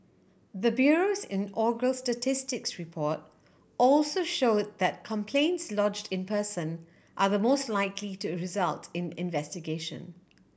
the bureau's inaugural statistics report also show that complaints lodged in person are the most likely to result in investigation